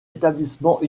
établissement